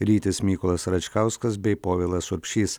rytis mykolas račkauskas bei povilas urbšys